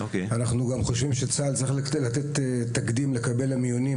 אנחנו גם חושבים שצה"ל צריך לעשות תקדים ולקבל למיונים